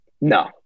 No